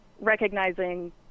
recognizing